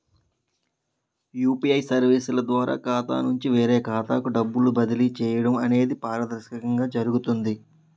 UPA సర్వీసుల ద్వారా ఖాతా నుంచి వేరే ఖాతాకు డబ్బులు బదిలీ చేయడం అనేది పారదర్శకంగా జరుగుతుంది